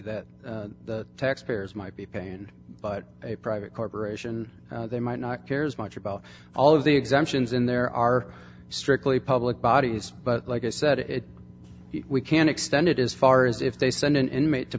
that the taxpayers might be pain but a private corporation they might not care as much about all of the exemptions in there are strictly public bodies but like i said if we can extend it as far as if they send an inmate to